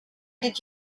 did